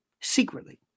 Secretly